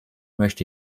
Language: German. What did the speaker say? möchte